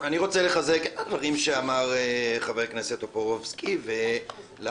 אני רוצה לחזק את הדברים שאמר חבר הכנסת טופורובסקי ולהפנות